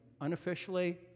unofficially